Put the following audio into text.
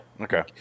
okay